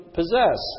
possess